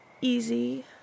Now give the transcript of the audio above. easy